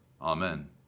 Amen